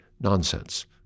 nonsense